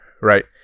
right